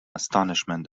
astonishment